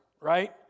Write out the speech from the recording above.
right